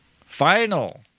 Final